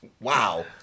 Wow